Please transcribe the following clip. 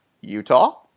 Utah